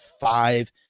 five